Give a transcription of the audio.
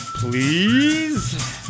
Please